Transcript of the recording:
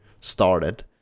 started